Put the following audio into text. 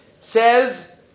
Says